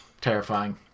Terrifying